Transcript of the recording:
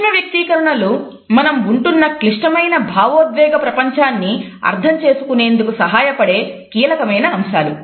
సూక్ష్మవ్యక్తీకరణలు మనం ఉంటున్న క్లిష్టమైన భావోద్వేగ ప్రపంచాన్ని అర్థం చేసుకునేందుకు సహాయపడే కీలకమైన అంశాలు